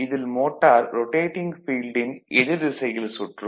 இதில் motor rotating ஃபீல்டின் எதிர் திசையில் சுற்றும்